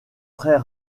très